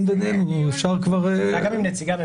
בינינו אפשר -- זה היה גם עם נציגי הממשלה.